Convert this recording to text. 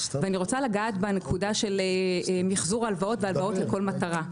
ואני רוצה לגעת בנקודה של מחזור הלוואות והלוואות לכל מטרה.